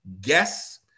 guess